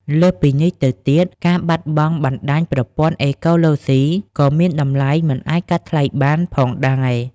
លើសពីនេះទៅទៀត ការបាត់បង់បណ្តាញប្រព័ន្ធអេកូឡូស៊ី ក៏មានតម្លៃមិនអាចកាត់ថ្លៃបានផងដែរ។